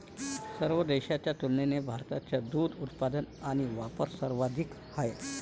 सर्व देशांच्या तुलनेत भारताचा दुग्ध उत्पादन आणि वापर सर्वाधिक आहे